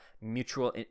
mutual